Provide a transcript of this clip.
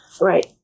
Right